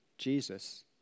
Jesus